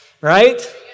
Right